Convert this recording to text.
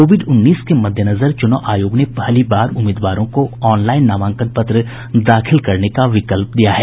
Covid उन्नीस के मद्देनजर चुनाव आयोग ने पहली बार उम्मीदवारों को ऑनलाइन नामांकन पत्र दाखिल करने का विकल्प दिया है